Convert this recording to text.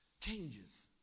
changes